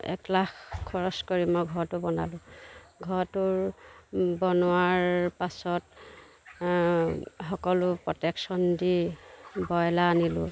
এলাখ খৰচ কৰি মই ঘৰটো বনালোঁ ঘৰটোৰ বনোৱাৰ পাছত সকলো প্ৰটেক্যন দি বইলাৰ আনিলোঁ